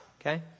okay